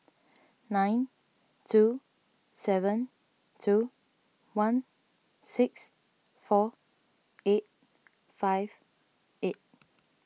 nine two seven two one six four eight five eight